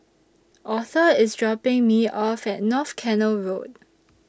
Author IS dropping Me off At North Canal Road